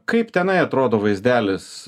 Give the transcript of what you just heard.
kaip tenai atrodo vaizdelis